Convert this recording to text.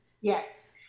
Yes